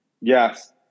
Yes